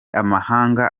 amahanga